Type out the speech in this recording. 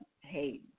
Hey